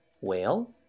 whale